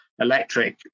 Electric